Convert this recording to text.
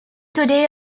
today